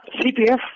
CPF